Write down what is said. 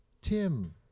Tim